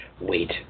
wait